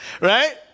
Right